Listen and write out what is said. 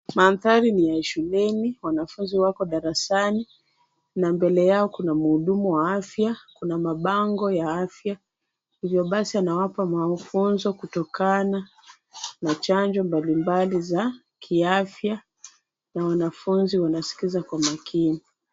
Mandhari ni ya shuleni, wanafunzi wako darasani na mbele yao kuna muhudumu wa afya kuna mabango ya afya. Hivyo basi anawapa mafunzo kutokana na chanjo mbalimbali za kiafya na wanafunzi wanaskiza kwa makini.